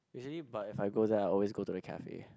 usually but if I go there I always go to the cafe